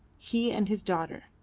he and his daughter.